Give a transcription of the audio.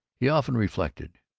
he often reflected,